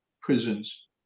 prisons